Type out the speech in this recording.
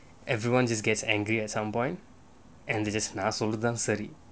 everyone just gets angry at some point and they just நான் சொல்றதுதான் சரி:naan solrathuthaan sari